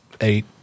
Eight